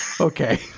Okay